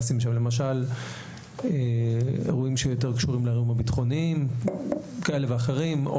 למשל אירועים שיותר קשורים לאירועים ביטחוניים כאלה ואחרים או